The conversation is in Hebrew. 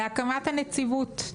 להקמת הנציבות,